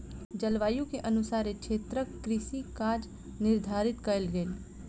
जलवायु के अनुसारे क्षेत्रक कृषि काज निर्धारित कयल गेल